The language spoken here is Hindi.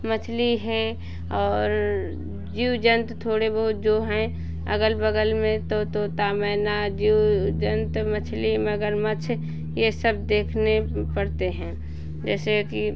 मछली है और जीव जन्तु थोड़े बहुत जो हैं अगल बगल में तो तोता मैना जीव जन्तु मछली मगरमच्छ ये सब देखने पड़ते हैं जैसे कि